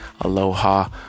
Aloha